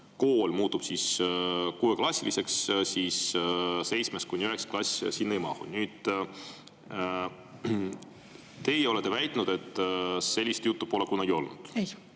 kool muutub kuueklassiliseks, siis seitsmes kuni üheksas klass sinna ei mahu. Teie olete väitnud, et sellist juttu pole kunagi olnud.